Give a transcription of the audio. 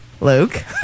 Luke